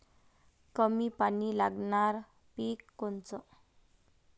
कमी पानी लागनारं पिक कोनचं?